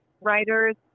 writers